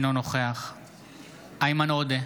אינו נוכח איימן עודה,